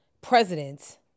president